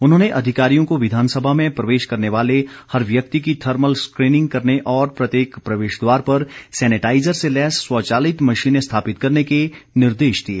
उन्होंने अधिकारियों को विधानसभा में प्रवेश करने वाले हर व्यक्ति की थर्मल स्क्रीनिंग करने और प्रत्येक प्रवेश द्वार पर सैनेटाईजर से लैस स्वचालित मशीनें स्थापित करने के निर्देश दिए